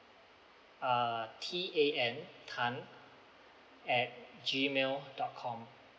uh T A N tan at G mail dot com